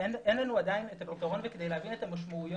אין לנו עדיין את הפתרון כדי להבין את המשמעויות.